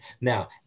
now